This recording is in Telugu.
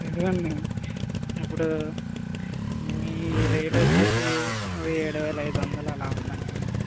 ఇదిగోండి ఇప్పుడు మీ రేటు వచ్చేసి అవి ఏడు వేల అయిదు వందలు అలా ఉందనుకోండి